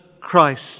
Christ